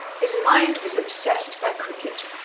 his mind was obsessed by cricket,